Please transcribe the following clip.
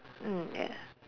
mm ya